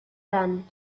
then